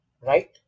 right